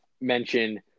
mention